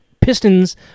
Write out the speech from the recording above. pistons